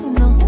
no